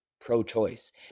pro-choice